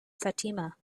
fatima